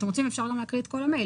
אם אתם רוצים אפשר להקריא את כל הדואר?